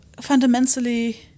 fundamentally